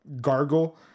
gargle